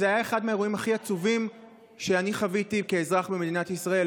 זה היה אחד מהאירועים הכי עצובים שאני חוויתי כאזרח במדינת ישראל.